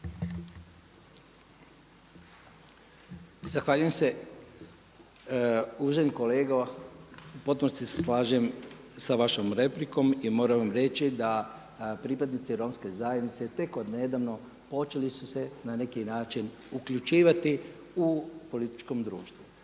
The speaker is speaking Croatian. Zahvaljujem se. Uvaženi kolega u potpunosti se slažem sa vašom replikom i moram vam reći da pripadnici romske zajednice tek od nedavno počeli su se na neki način uključivati u političkom društvu.